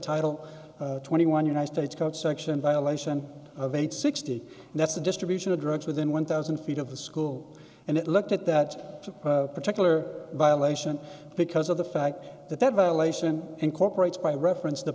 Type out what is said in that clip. title twenty one united states code section violation of eight sixty and that's the distribution of drugs within one thousand feet of the school and it looked at that particular violation because of the fact that that violation incorporates by reference the